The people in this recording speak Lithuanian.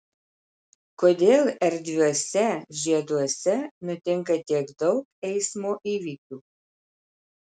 kodėl erdviuose žieduose nutinka tiek daug eismo įvykių